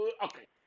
Okay